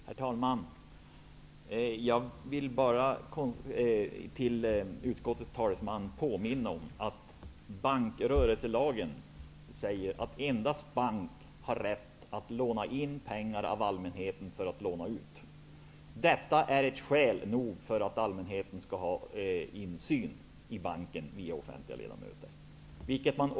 Herr talman! Jag vill påminna utskottets talesman om att bankrörelselagen säger att endast bank har rätt att låna in pengar av allmänheten för att låna ut. Det är ett skäl nog för att allmänheten skall ha insyn i banken via offentliga företrädare.